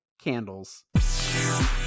candles